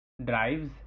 drives